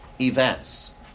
events